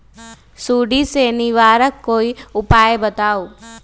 सुडी से निवारक कोई उपाय बताऊँ?